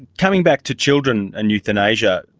coming back to children and euthanasia,